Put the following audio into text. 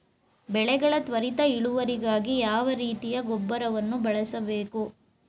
ಬೆಳೆಗಳ ತ್ವರಿತ ಇಳುವರಿಗಾಗಿ ಯಾವ ರೀತಿಯ ಗೊಬ್ಬರವನ್ನು ಬಳಸಬೇಕು?